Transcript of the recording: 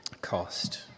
cost